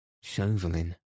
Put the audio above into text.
Chauvelin